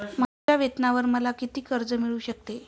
माझ्या वेतनावर मला किती कर्ज मिळू शकते?